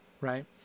right